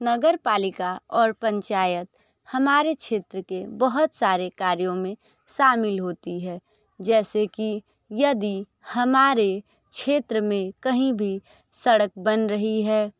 नगर पालिका और पंचायत हमारे क्षेत्र के बहुत सारे कार्यों में शामिल होती है जैसे कि यदि हमारे क्षेत्र में कहीं भी सड़क बन रही है